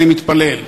אני מתפלל.